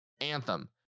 anthem